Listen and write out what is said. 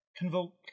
Convoke